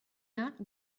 not